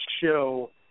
show